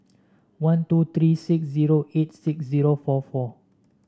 one two three six zero eight six zero four four